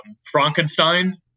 Frankenstein